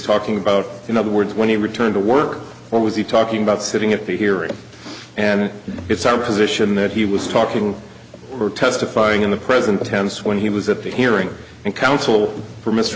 restocking about in other words when he returned to work what was he talking about sitting at the hearing and it's our position that he was talking or testifying in the present tense when he was at the hearing and counsel for m